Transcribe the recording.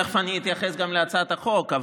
תכף אני אתייחס גם להצעת החוק,